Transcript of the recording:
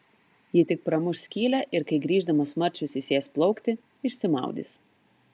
ji tik pramuš skylę ir kai grįždamas marčius įsės plaukti išsimaudys